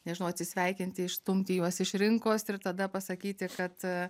nežinau atsisveikinti išstumti juos iš rinkos ir tada pasakyti kad